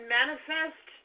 manifest